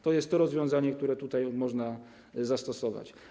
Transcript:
To jest to rozwiązanie, które tutaj można zastosować.